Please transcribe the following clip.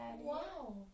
Wow